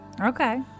Okay